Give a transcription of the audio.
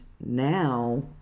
now